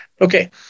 Okay